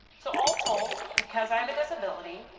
so all told, because i have a disability,